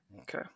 Okay